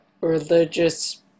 religious